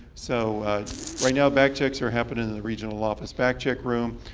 so right now, back checks are happening in the regional office back check room.